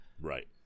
right